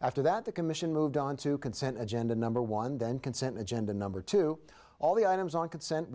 after that the commission moved onto consent agenda number one then consent agenda number two all the items on consent